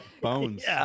Bones